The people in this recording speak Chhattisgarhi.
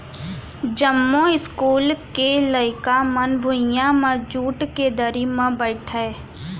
जमो इस्कूल के लइका मन भुइयां म जूट के दरी म बइठय